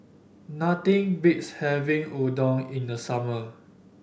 nothing beats having Udon in the summer